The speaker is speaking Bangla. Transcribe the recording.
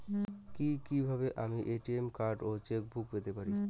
কি কিভাবে আমি এ.টি.এম কার্ড ও চেক বুক পেতে পারি?